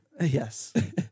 Yes